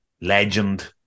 legend